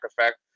effect